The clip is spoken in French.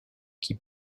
qui